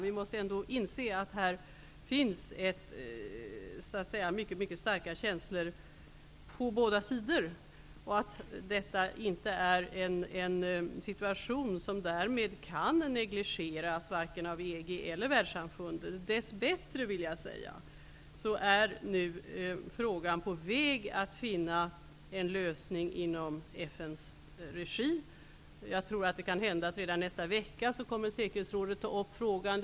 Vi måste ändå inse att det finns mycket starka känslor på båda sidor, och att detta inte är en situation som därmed kan negligeras av vare sig EG eller världssamfundet. Dess bättre är man på väg att finna en lösning på problemet inom FN:s regi. Det kan hända att säkerhetsrådet redan nästa vecka kommer att ta upp frågan.